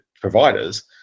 providers